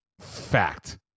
Fact